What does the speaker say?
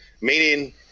Meaning